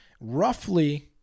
roughly